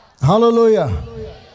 Hallelujah